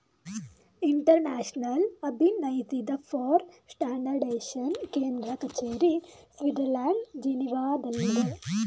international ಅಭಿನಯಿಸಿದ for standardisation ಕೇಂದ್ರ ಕಚೇರಿ ಸ್ವಿಡ್ಜರ್ಲ್ಯಾಂಡ್ ಜಿನೀವಾದಲ್ಲಿದೆ